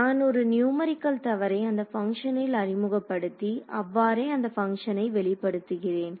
நான் ஒரு நியூமேரிகல் தவறை அந்த பங்க்ஷனில் அறிமுகப்படுத்தி அவ்வாறே அந்த பங்க்ஷனை வெளிப்படுத்துகிறேன்